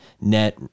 net